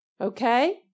okay